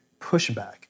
pushback